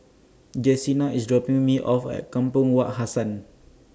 Jessena IS dropping Me off At Kampong Wak Hassan